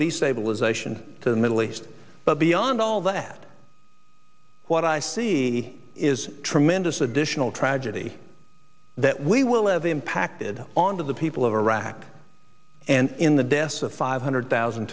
destabilization to the middle east but beyond all that what i see is a tremendous additional tragedy that we will have the impacted on of the people of iraq and in the deaths of five hundred thousand